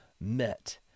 met